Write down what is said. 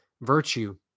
virtue